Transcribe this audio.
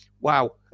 Wow